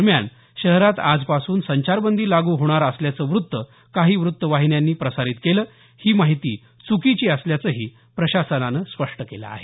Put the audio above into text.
दरम्यान शहरात आजपासून संचारबंदी लागू होणार असल्याचं वृत्त काही वृत्त वाहिन्यांनी प्रसारित केलं ही माहिती च्कीची असल्याचंही प्रशासनानं स्पष्ट केलं आहे